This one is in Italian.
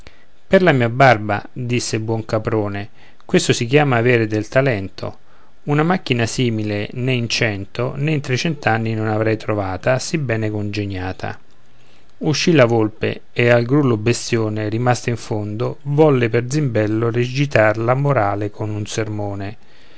per la mia barba disse il buon caprone questo si chiama avere del talento una macchina simile né in cento né in trecent'anni non avrei trovata sì bene congegnata uscì la volpe ed al grullo bestione rimasto in fondo volle per zimbello recitar la moral con un sermone